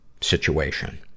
situation